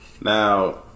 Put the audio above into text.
Now